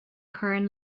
current